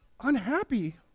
unhappy